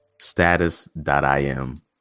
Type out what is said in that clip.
Status.im